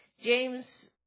james